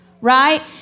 right